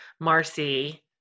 Marcy